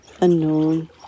unknown